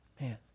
Man